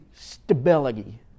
stability